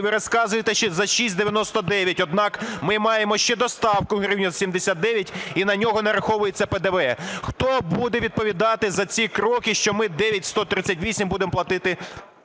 ви розказуєте за 6,99, однак ми маємо ще доставку 1 гривня 79 і на неї нараховується ПДВ. Хто буде відповідати за ці кроки, що ми 9,138 будемо платити